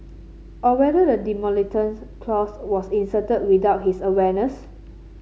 or whether the demolitions clause was inserted without his awareness